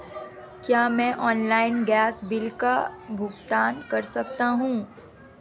क्या मैं online gas bill का भुगतान कर सकता हूँ?